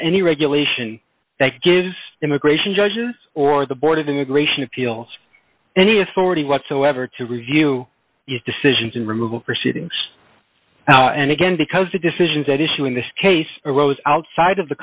any regulation that gives immigration judges or the board of immigration appeals any authority whatsoever to review decisions in removal proceedings and again because the decisions at issue in this case arose outside of the